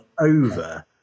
over